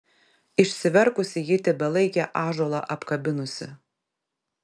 išsiverkusi ji tebelaikė ąžuolą apkabinusi